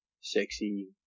sexy